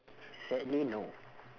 sadly no